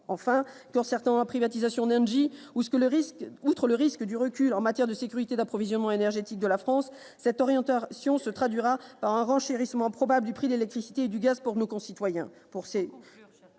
Enfin, concernant la privatisation d'Engie, outre le risque de recul en matière de sécurité de l'approvisionnement énergétique de la France, une telle orientation se traduira par un renchérissement probable du prix de l'électricité et du gaz pour nos concitoyens.